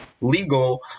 legal